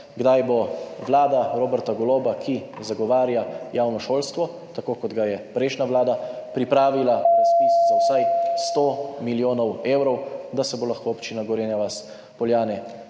Kdaj bo vlada Roberta Goloba, ki zagovarja javno šolstvo, tako kot ga je prejšnja vlada, pripravila razpis za vsaj 100 milijonov evrov, da se bo lahko Občina Gorenja vas - Poljane